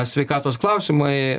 sveikatos klausimai